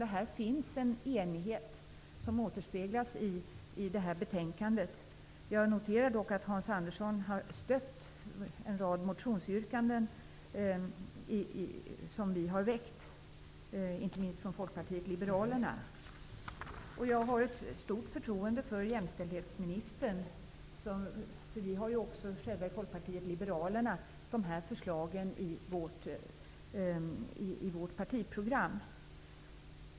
Det finns en enighet som återspeglas i detta betänkande. Jag noterar dock att Hans Andersson har stött en rad motionsyrkanden som har väckts inte minst från Folkpartiet liberalernas sida. Jag har stort förtroende för jämställdhetsministern. Dessa förslag finns ju också i Folkpartiet liberalernas partiprogram.